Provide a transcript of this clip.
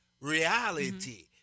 Reality